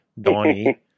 Donnie